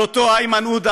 על אותו איימן עודה,